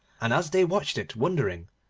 and, as they watched it wondering,